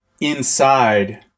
inside